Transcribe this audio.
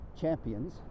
champions